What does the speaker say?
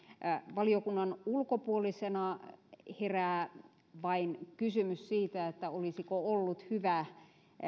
valiokunnan ulkopuolisena herää vain kysymys siitä olisiko ollut hyvä